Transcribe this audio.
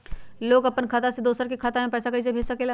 लोग अपन खाता से दोसर के खाता में पैसा कइसे भेज सकेला?